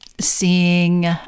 seeing